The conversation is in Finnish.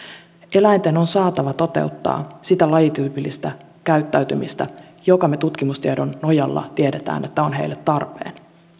eläinten on saatava toteuttaa sitä lajityypillistä käyttäytymistä jonka me tutkimustiedon nojalla tiedämme olevan niille tarpeen